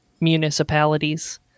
municipalities